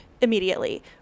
immediately